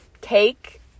cake